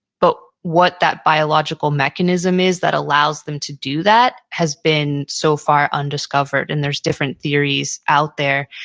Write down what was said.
but what that biological mechanism is that allows them to do that has been so far undiscovered. and there's different theories out there.